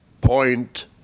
Point